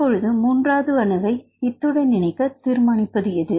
இப்பொழுது மூன்றாவது அணுவை இத்துடன் இணைக்க தீர்மானிப்பது எது